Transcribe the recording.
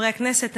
חברי הכנסת,